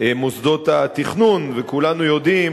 מוסדות התכנון, וכולנו יודעים